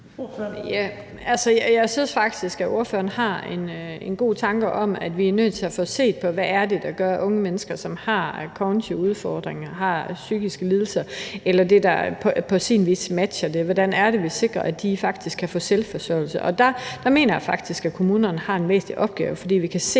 Jeg synes faktisk, at ordføreren har en god tanke om, at vi er nødt til at få set på, hvordan vi sikrer, at unge mennesker, som har kognitive udfordringer, har psykiske lidelser eller det, der på sin vis matcher det, faktisk kan få selvforsørgelse. Og der mener jeg faktisk, at kommunerne har en væsentlig opgave. For vi kan se,